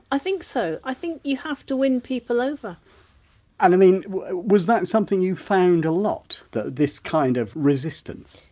i think so. i think you have to win people over and i mean was that something you found a lot this kind of resistance?